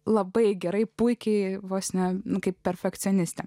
labai gerai puikiai vos ne kaip perfekcioniste